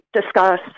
discuss